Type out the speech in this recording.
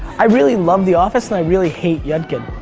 i really love the office and i really hate yudkin.